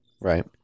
Right